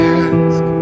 ask